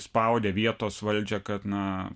spaudė vietos valdžią kad na